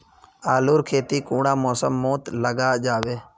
आलूर खेती कुंडा मौसम मोत लगा जाबे?